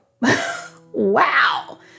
wow